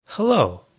Hello